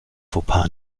fauxpas